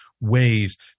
ways